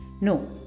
No